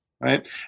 Right